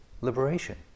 liberation